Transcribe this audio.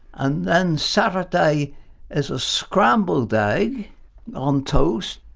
and then saturday is a scrambled day on toast,